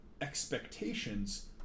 expectations